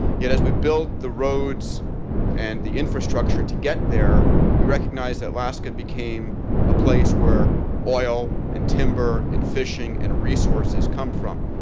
yet as we built the roads and the infrastructure to get there, we recognized that alaska became a place where oil, and timber, and fishing, and resources come from.